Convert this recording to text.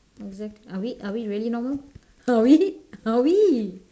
exactly are are we really normal are we are we